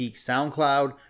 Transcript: SoundCloud